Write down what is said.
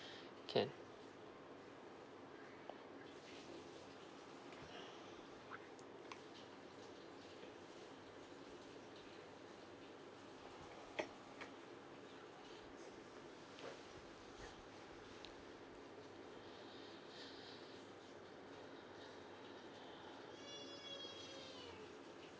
can